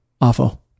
Awful